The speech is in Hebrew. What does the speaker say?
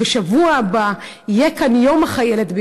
בשבוע הבא יהיה כאן יום החיילת,